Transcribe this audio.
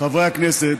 חברי הכנסת,